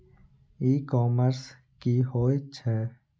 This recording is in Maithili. ई कॉमर्स की होए छै?